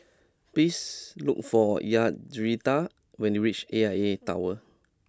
please look for Yaritza when you reach A I A Tower